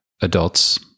adults